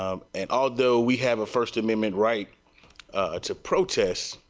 um and although we have a first amendment right ah to protest,